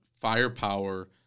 firepower